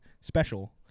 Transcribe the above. special